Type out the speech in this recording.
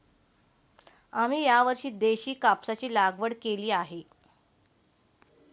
आम्ही यावर्षी देशी कापसाची लागवड केली आहे